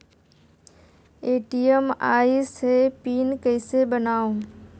ATM आइस ह PIN कइसे बनाओ?